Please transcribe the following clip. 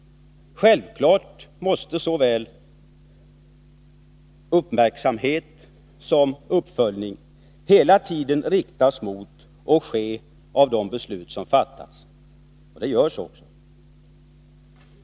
Självfallet måste uppmärksamhet riktas mot och uppföljning ske av de beslut som fattas. Det görs också.